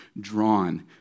drawn